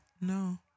No